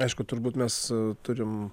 aišku turbūt mes turim